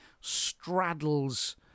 straddles